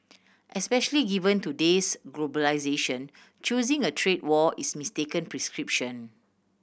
especially given today's globalisation choosing a trade war is mistaken prescription